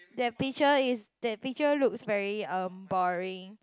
that picture is that picture looks very um boring